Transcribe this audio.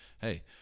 hey